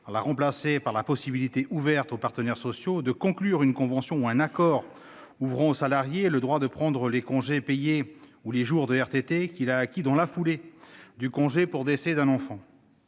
la remplacer par la possibilité ouverte aux partenaires sociaux de conclure une convention ou un accord ouvrant au salarié le droit de prendre les congés payés et les jours de RTT qu'il a acquis dans la foulée du congé pour décès d'un enfant.